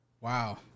Wow